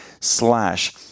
slash